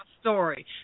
story